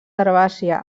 herbàcia